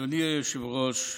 אדוני היושב-ראש,